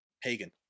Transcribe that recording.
pagan